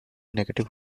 negative